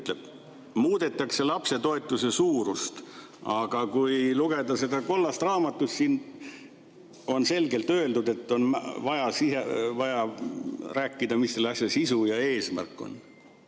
"Muudetakse lapsetoetuse suurust." Aga kui lugeda seda kollast raamatut, siin on selgelt öeldud, et on vaja rääkida, mis on asja sisu ja eesmärk.